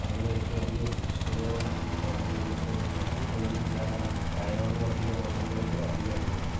କାହିଁକିନା ଏଠି ଅଧିକା କୃଷକ ଫ୍ୟାମିଲିର ଲୋକ ରହୁଛନ୍ତି ତ ସେମାନେ ଯାହା ଖାଇବାକୁ ଅଧିକା ପସନ୍ଦ କରନ୍ତି ଅଧିକା ଅଧିକା